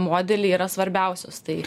modelį yra svarbiausios tai